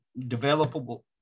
developable